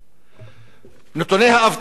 נתוני האבטלה קשים,